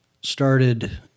started